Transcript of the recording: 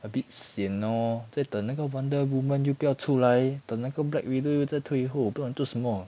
a bit sian lor 在等那个 wonder woman 又不要出来等那个 black widow 又在退后不懂做什么